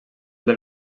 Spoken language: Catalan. del